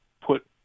put